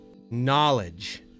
knowledge